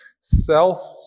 Self